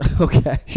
okay